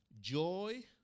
Joy